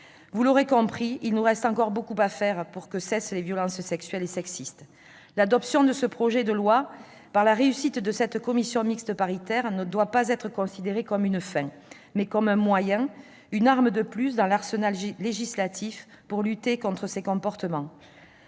Vous l'aurez compris, il nous reste encore beaucoup à faire pour que cessent les violences sexuelles et sexistes. L'adoption de ce projet de loi, à la suite de la réussite de la commission mixte paritaire, doit être considérée non pas comme une fin, mais comme un moyen, une arme supplémentaire dans l'arsenal législatif pour lutter contre ces comportements.